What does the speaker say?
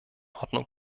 ordnung